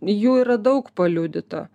jų yra daug paliudyta